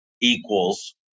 equals